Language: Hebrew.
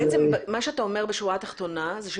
בשורה התחתונה אתה אומר,